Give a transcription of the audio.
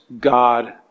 God